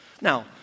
Now